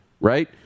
right